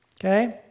okay